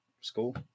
school